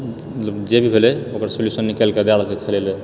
जेभी भेलैए ओकर सोल्यूशन निकैलकेै दए देलकै खेलै लए